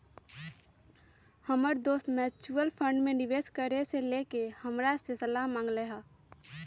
हमर दोस mutual fund में निवेश करे से लेके हमरा से सलाह मांगलय ह